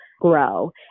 grow